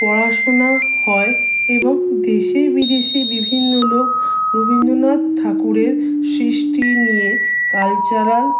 পড়াশোনা হয় এবং দেশে বিদেশে বিভিন্ন লোক রবীন্দ্রনাথ ঠাকুরের সৃষ্টি নিয়ে কালচারাল